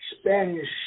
Spanish